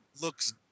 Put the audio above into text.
looks